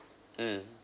mm